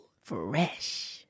Fresh